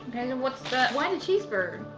and what's that. why the cheeseburger?